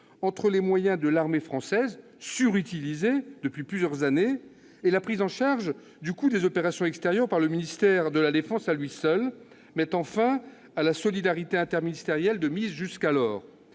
entre les moyens de l'armée française, surutilisés depuis plusieurs années, et la prise en charge du coût des opérations extérieures, les OPEX, par le ministère de la défense à lui seul, mettant fin à la solidarité interministérielle de mise jusqu'alors.